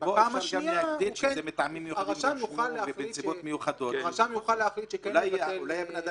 בפעם השנייה הרשם יוכל להחליט כן לבטל.